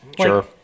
Sure